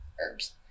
Herbs